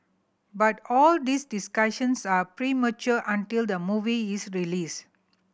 but all these discussions are premature until the movie is released